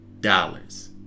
dollars